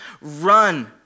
run